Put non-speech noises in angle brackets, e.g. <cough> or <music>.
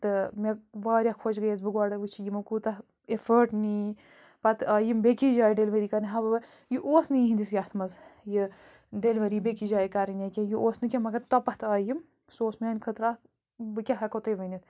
تہٕ مےٚ واریاہ خۄش گٔیَس بہٕ گۄڈٕ وٕچھ یِمو کوٗتاہ اِفٲٹ نی پتہٕ آے یِم بیٚیہِ کِس جایہِ ڈٮ۪لؤری کَرنہِ <unintelligible> یہِ اوس نہٕ یِہِنٛدِس یَتھ منٛز یہِ ڈٮ۪لؤری بیٚیہِ کِس جایہِ کَرٕنۍ یا کیٚنٛہہ یہِ اوس نہٕ کیٚنٛہہ مگر تۄپَتھ آیہِ یِم سُہ اوس میٛانہِ خٲطرٕ اَکھ بہٕ کیٛاہ ہٮ۪کو تۄہہِ ؤنِتھ